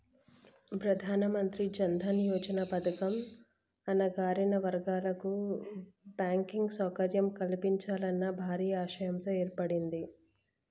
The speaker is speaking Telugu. ప్రధానమంత్రి జన్ దన్ యోజన పథకం అణగారిన వర్గాల కు బ్యాంకింగ్ సౌకర్యం కల్పించాలన్న భారీ ఆశయంతో ఏర్పడింది